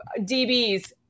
DBs